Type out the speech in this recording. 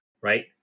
right